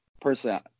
personally